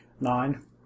Nine